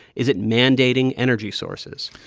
is it mandating energy sources?